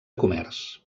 comerç